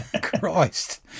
Christ